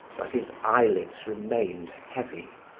but his eyelids remained heavy.